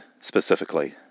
specifically